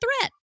threat